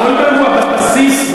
גולדברג הוא הבסיס.